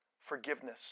forgiveness